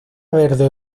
verde